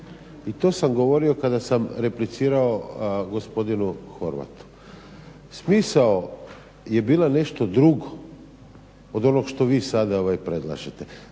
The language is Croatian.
I to sam govorio kada sam replicirao gospodinu Horvatu. Smisao je bila nešto drugo od onog što vi sada predlažete.